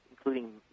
including